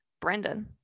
Brendan